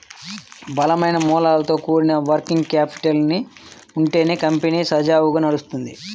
బలమైన మూలాలతో కూడిన వర్కింగ్ క్యాపిటల్ ఉంటేనే కంపెనీ సజావుగా నడుత్తది